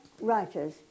writers